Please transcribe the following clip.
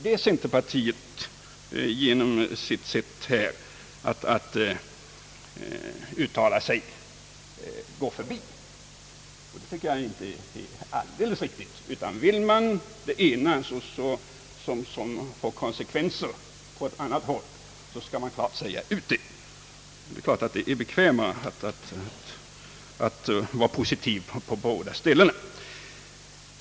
Det är denna fråga som centerpartiet genom sin skrivning går förbi. Vill man en åtgärd, som får konsekvenser på annat håll, skall man klart ange detta. Självfallet är det bekvämare att vara generös i båda riktningarna.